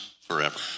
forever